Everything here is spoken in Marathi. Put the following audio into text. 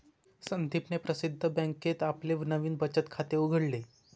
संदीपने प्रसिद्ध बँकेत आपले नवीन बचत खाते उघडले